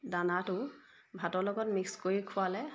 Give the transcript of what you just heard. দানাটো ভাতৰ লগত মিক্স কৰি খোৱালে